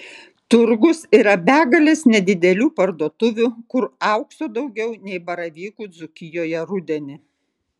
turgus yra begalės nedidelių parduotuvių kur aukso daugiau nei baravykų dzūkijoje rudenį